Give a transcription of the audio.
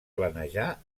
planejar